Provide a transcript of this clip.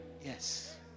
Yes